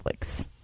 Netflix